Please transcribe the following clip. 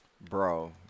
Bro